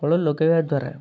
ଫଳ ଲଗେଇବା ଦ୍ଵାରା